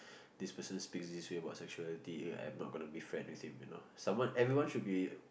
this person speak this way about sexuality I'm not going to be friends with him you know someone everyone should be